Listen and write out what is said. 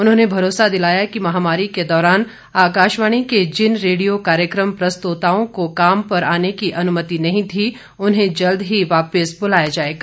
उन्होंने भरोसा दिलाया कि महामारी के दौरान आकाशवाणी के जिन रेडियो कार्यक्रम प्रस्तोताओं को काम पर आने की अनुमति नहीं थी उन्हें जल्द ही वापस बुलाया जाएगा